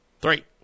Three